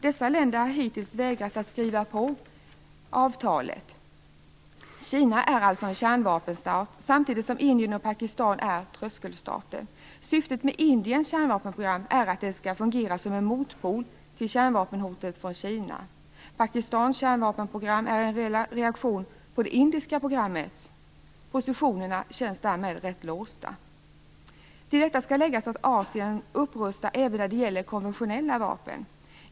Dessa länder har hittills vägrat att skriva under avtalet. Kina är alltså en kärnvapenstat, samtidigt som Indien och Pakistan är tröskelstater. Syftet med Indiens kärnvapenprogram är att det skall fungera som en motpol till kärnvapenhotet från Kina. Pakistans kärnvapenprogram är en reaktion på det indiska programmet. Positionerna är därmed rätt låsta. Till detta kan läggas att Asien upprustar även när det gäller konventionella vapen.